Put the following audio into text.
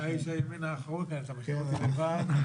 את איש הימין האחרון, אתה משאיר אותי לבד.